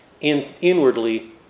inwardly